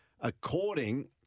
according